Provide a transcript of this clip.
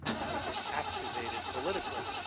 shall we say, activated politically,